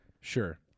Sure